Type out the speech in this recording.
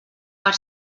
per